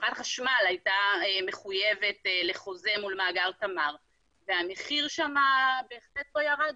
חברת החשמל הייתה מחויבת לחוזה מול מאגר תמר והמחיר שם בהחלט לא ירד,